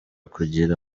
kugira